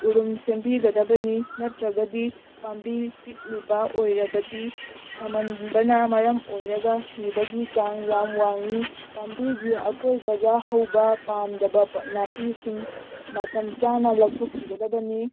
ꯎꯔꯨꯝ ꯁꯦꯝꯕꯤꯒꯗꯕꯅꯤ ꯅꯠꯇ꯭ꯔꯒꯗꯤ ꯄꯥꯝꯕꯤ ꯄꯤꯛꯂꯤꯕ ꯑꯣꯏꯔꯕꯗꯤ ꯁꯥꯃꯟꯕꯅ ꯃꯔꯝ ꯑꯣꯏꯔꯒ ꯁꯤꯕꯒꯤ ꯆꯥꯡ ꯌꯥꯝ ꯋꯥꯡꯏ ꯄꯥꯝꯕꯤꯒꯤ ꯑꯀꯣꯏꯕꯗ ꯍꯧꯕ ꯄꯥꯝꯗꯕ ꯅꯥꯄꯤꯁꯤꯡ ꯃꯇꯝꯆꯥꯅ ꯂꯧꯊꯣꯛꯄꯤꯒꯗꯕꯅꯤ